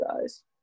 guys